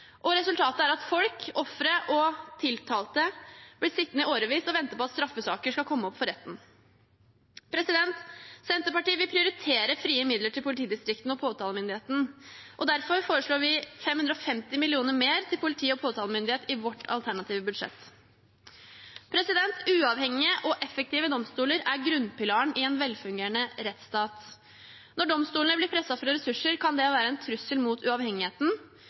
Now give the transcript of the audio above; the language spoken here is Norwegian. arbeidspress. Resultatet er at folk, ofre og tiltalte blir sittende i årevis og vente på at straffesaker skal komme opp for retten. Senterpartiet vil prioritere frie midler til politidistriktene og påtalemyndigheten. Derfor foreslår vi 550 mill. kr mer til politi og påtalemyndighet i vårt alternative budsjett. Uavhengige og effektive domstoler er grunnpilaren i en velfungerende rettsstat. Når domstolene blir presset for ressurser, kan det være en trussel mot uavhengigheten,